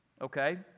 Okay